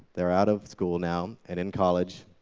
they're out of school now and in college.